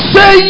Say